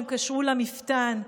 / הם קשרו למפתן.